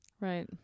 Right